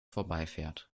vorbeifährt